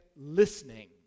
listening